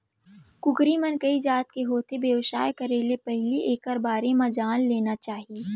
कुकरी मन कइ जात के होथे, बेवसाय करे ले पहिली एकर बारे म जान लेना चाही